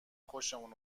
خوشمون